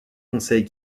conseils